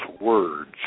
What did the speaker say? words